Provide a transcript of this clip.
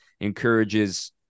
encourages